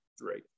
Right